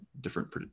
different